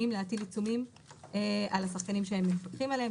להטיל עיצומים על השחקנים שהם מפקחים עליהם.